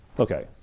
Okay